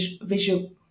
visual